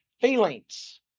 feelings